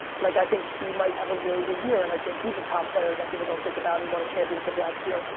like i think he might have a really big year and i think he's a top player that people don't think about and he won a championship last year.